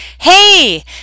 hey